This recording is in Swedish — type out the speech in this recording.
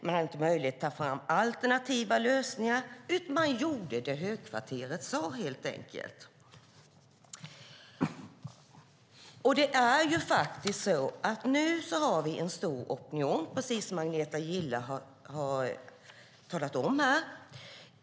Man hade inte möjlighet att ta fram alternativa lösningar, utan man gjorde helt enkelt det som Högkvarteret sade. Nu har vi en stark opinion, precis som Agneta Gille har talat om.